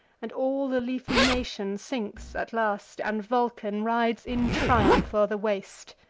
and all the leafy nation sinks at last, and vulcan rides in triumph o'er the waste